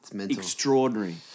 extraordinary